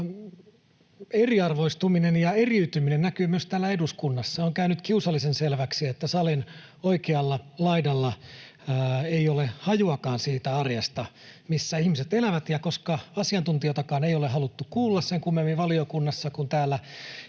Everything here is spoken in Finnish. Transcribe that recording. eriarvoistuminen ja eriytyminen näkyy myös täällä eduskunnassa. On käynyt kiusallisen selväksi, että salin oikealla laidalla ei ole hajuakaan siitä arjesta, missä ihmiset elävät. Ja koska asiantuntijoitakaan ei ole haluttu kuulla sen kummemmin valiokunnassa kuin täällä